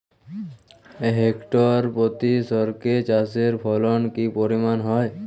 Hectare প্রতি সর্ষে চাষের ফলন কি পরিমাণ হয়?